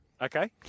Okay